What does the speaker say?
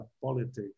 politics